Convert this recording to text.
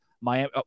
Miami